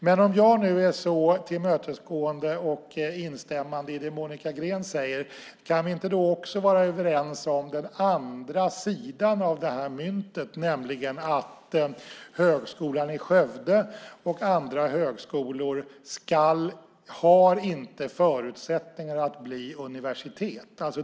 Men om jag nu är så tillmötesgående och instämmande i det Monica Green säger kan vi kanske också vara överens om den andra sidan av myntet, nämligen att Högskolan i Skövde och andra högskolor inte har förutsättningar att bli universitet.